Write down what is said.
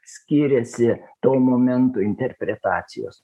skyrėsi tuo momentu interpretacijos